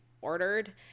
ordered